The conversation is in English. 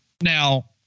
Now